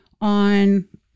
on